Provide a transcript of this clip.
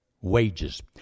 Wages